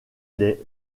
des